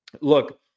look